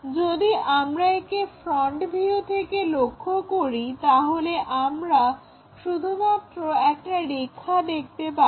যদি আমরা একে ফ্রন্ট ভিউ থেকে লক্ষ্য করি তাহলে আমরা শুধুমাত্র একটা রেখা দেখতে পাবো